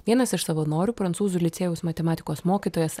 vienas iš savanorių prancūzų licėjaus matematikos mokytojas